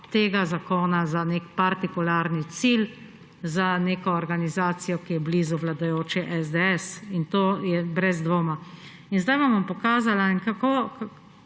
tega zakona za nek partikularni cilj, za neko organizacijo, ki je blizu vladajoče SDS, in to je brez dvoma. Zdaj vam bom pokazala, kaj